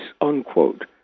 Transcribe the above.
unquote